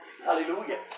Hallelujah